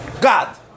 God